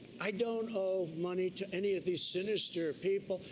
i don't owe money to any of these sinister people.